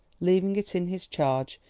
leaving it in his charge,